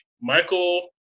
Michael